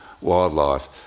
wildlife